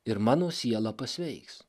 ir mano siela pasveiks